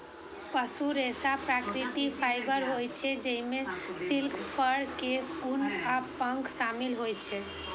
पशु रेशा प्राकृतिक फाइबर होइ छै, जइमे सिल्क, फर, केश, ऊन आ पंख शामिल होइ छै